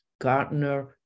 Gartner